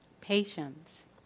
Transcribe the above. Patience